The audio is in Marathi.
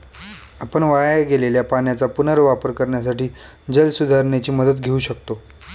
आपण वाया गेलेल्या पाण्याचा पुनर्वापर करण्यासाठी जलसुधारणेची मदत घेऊ शकतो